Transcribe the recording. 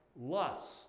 lust